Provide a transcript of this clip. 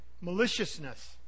maliciousness